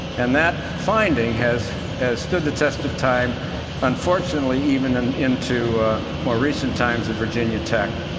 and that finding has has stood the test of time unfortunately even and into more recent times, at virginia tech.